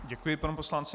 Děkuji panu poslanci.